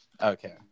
Okay